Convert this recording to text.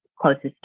closest